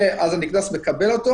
ואז הנקנס מקבל אותו.